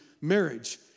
marriage